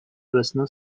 arasında